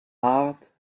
art